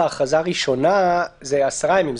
בהכרזה הראשונה זה 10 ימים,